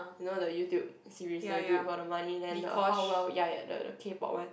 you know the YouTube series the dude for the money then the how well ya ya the K-Pop one